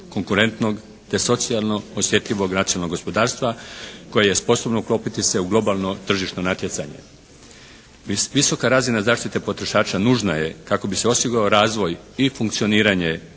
konkurentnog te socijalno osjetljivog nacionalnog gospodarstva koje je sposobno uklopiti se u globalno tržišno natjecanje. Visoka razina zaštite potrošača nužna je kako bi se osigurao razvoj i funkcioniranje